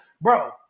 bro